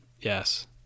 Yes